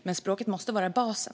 Men språket måste vara basen.